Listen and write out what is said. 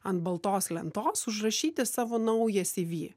ant baltos lentos užrašyti savo naują cv